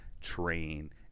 train